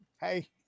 Hey